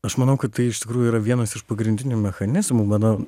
aš manau kad tai iš tikrųjų yra vienas iš pagrindinių mechanizmų mano